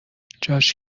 جاش